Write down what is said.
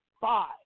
Five